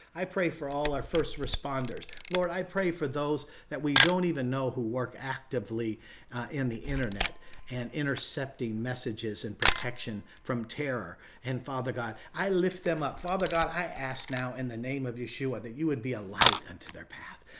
i pray for all our first responders. lord, i pray for those that we don't even know who work actively in the internet in and intercepting messages and protection from terror. and father, god, i lift them up. father, god i asked now in the name of yeshua that you would be a light unto their path.